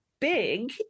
big